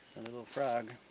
little frog.